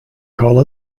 call